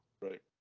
Right